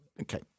okay